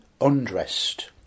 undressed